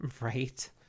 Right